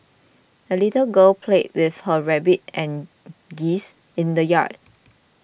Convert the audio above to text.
the little girl played with her rabbit and geese in the yard